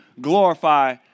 glorify